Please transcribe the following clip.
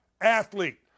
athlete